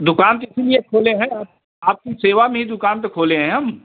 दुकान किस लिए खोले हैं हम आपकी सेवा में ही दुकान तो खोले हैं हम